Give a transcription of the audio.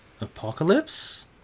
Apocalypse